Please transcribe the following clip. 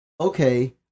okay